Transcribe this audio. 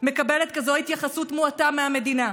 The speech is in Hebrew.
מקבלת כזו התייחסות מועטה מהמדינה?